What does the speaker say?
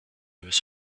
was